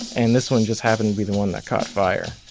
and this one just happened to be the one that caught fire.